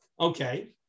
Okay